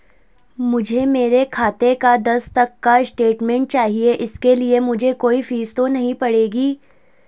मुझे मेरे खाते का दस तक का स्टेटमेंट चाहिए इसके लिए मुझे कोई फीस तो नहीं पड़ेगी?